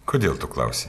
kodėl tu klausi